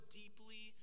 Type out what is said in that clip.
deeply